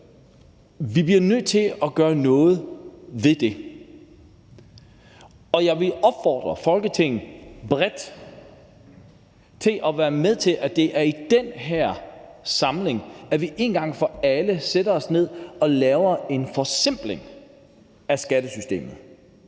Vi bliver nødt til at gøre noget ved det. Og jeg vil opfordre Folketinget bredt til at være med til, at det er i den her samling, vi en gang for alle sætter os ned og laver en forsimpling af skattesystemet.